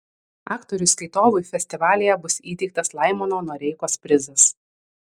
aktoriui skaitovui festivalyje bus įteiktas laimono noreikos prizas